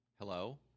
Hello